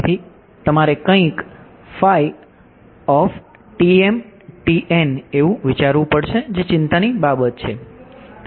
તેથી તમારે કંઈક એવું વિચારવું પડશે જે ચિંતાની બાબત છે